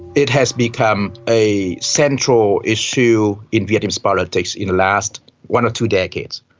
it has become a central issue in vietnamese politics in the last one or two decades.